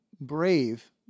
brave